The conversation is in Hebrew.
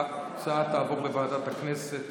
ההצעה תעבור לוועדת הכנסת